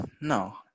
no